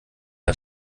der